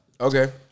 Okay